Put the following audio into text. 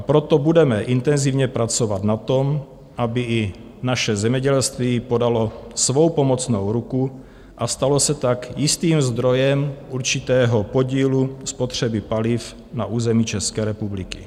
Proto budeme intenzivně pracovat na tom, aby i naše zemědělství podalo svou pomocnou ruku a stalo se tak jistým zdrojem určitého podílu spotřeby paliv na území České republiky.